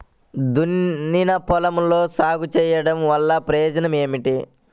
దున్నిన పొలంలో సాగు చేయడం వల్ల ప్రయోజనం ఏమిటి?